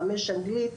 חמש אנגלית,